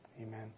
Amen